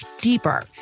deeper